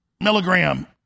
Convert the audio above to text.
Milligram